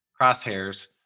crosshairs